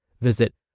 Visit